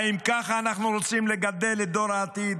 האם כך אנחנו רוצים לגדל את דור העתיד?